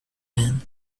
reins